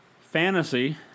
fantasy